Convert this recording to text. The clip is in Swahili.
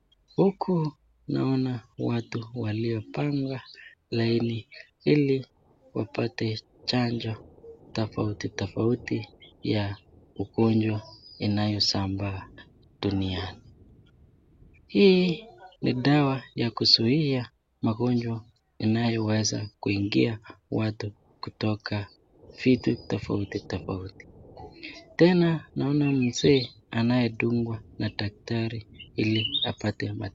Huku naoana watu waliopanga laini ili wapate chanjo tofauti tofauti ya ugonjwa inayosambaa duniani. Hii ni dawa ya kuzuia magonjwa inayoweza kuingia watu kutoka vitu tofauti tofauti. Pia naona mzee anayedungwa na daktari ili apate...